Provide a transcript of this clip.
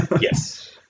Yes